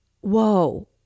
whoa